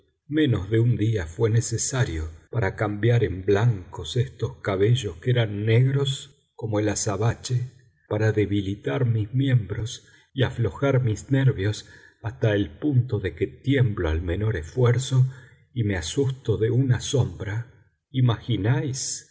menos de un día fué necesario para cambiar en blancos estos cabellos que eran negros como el azabache para debilitar mis miembros y aflojar mis nervios hasta el punto de que tiemblo al menor esfuerzo y me asusto de una sombra imagináis